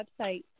website